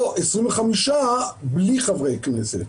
לא 25 בלי חברי כנסת.